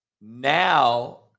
now